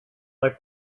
like